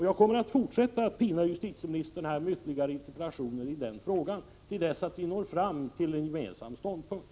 Jag kommer att fortsätta att pina justitieministern med ytterligare interpellationer i denna fråga till dess att vi når fram till en gemensam ståndpunkt.